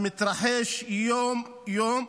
המתרחש יום-יום,